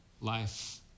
Life